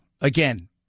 Again